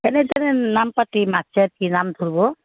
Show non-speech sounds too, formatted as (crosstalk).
তেনে তেনে নাম পাতি (unintelligible) কি নাম ধৰিব